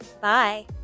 Bye